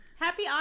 happy